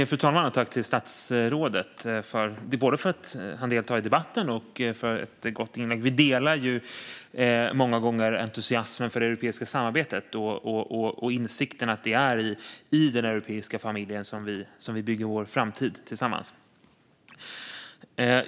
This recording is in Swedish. Fru talman! Jag vill tacka statsrådet både för att han deltar i debatten och för ett gott inlägg. Vi delar många gånger entusiasmen för det europeiska samarbetet och insikten att det är i den europeiska familjen som vi bygger vår framtid tillsammans.